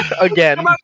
Again